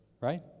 right